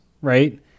right